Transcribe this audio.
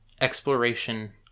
exploration